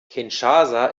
kinshasa